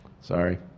Sorry